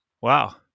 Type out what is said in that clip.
Wow